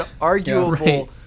arguable